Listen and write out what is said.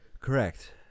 Correct